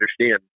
understand